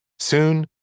soon.